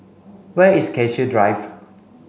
where is Cassia Drive